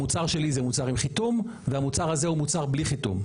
המוצר שלי זה מוצר עם חיתום והמוצר הזה הוא מוצר בלי חיתום.